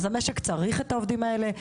אז המשק צריך את העובדים האלו,